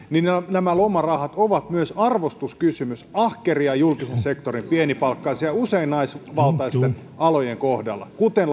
nämä lomarahat ovat myös arvostuskysymys julkisen sektorin ahkerien pienipalkkaisten kohdalla usein naisvaltaisten alojen työntekijöiden kuten